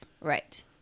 Right